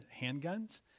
handguns